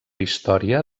història